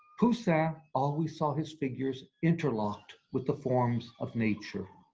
poussin always saw his figures interlocked with the forms of nature.